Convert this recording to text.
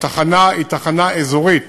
התחנה היא תחנה אזורית